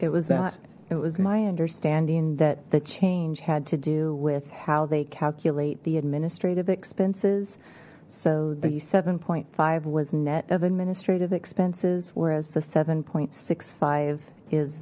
that it was my understanding that the change had to do with how they calculate the administrative expenses so the seven point five was net of administrative expenses whereas the seven point six five is